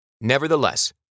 Nevertheless